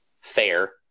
fair